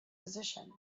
position